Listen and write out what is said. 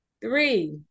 three